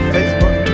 Facebook